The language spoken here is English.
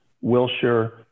Wilshire